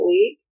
week